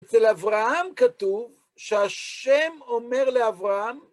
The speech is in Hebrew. אצל אברהם כתוב שהשם אומר לאברהם